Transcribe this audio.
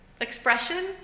expression